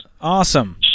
Awesome